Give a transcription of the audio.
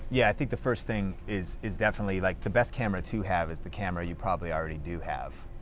yeah, i think the first thing is is definitely, like the best camera to have is the camera you probably already do have.